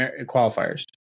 qualifiers